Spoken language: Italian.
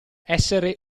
essere